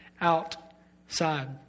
outside